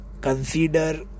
consider